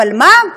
אבל מה,